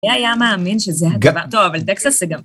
מי היה מאמין, שזה הד... טוב, אבל טקסס זה גם.